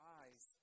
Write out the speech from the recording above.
eyes